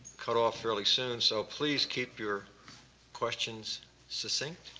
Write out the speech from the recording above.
cut off fairly soon. so, please keep your questions succinct.